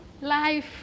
life